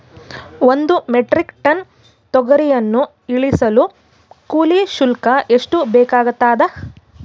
ಒಂದು metric tonne ತೊಗರಿಯನ್ನು ಇಳಿಸಲು ಕೂಲಿ ಶುಲ್ಕ ಎಷ್ಟು ಬೇಕಾಗತದಾ?